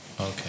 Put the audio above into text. Okay